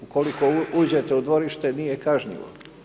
Ukoliko uđete u dvorište, nije kažnjivo.